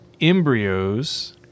embryos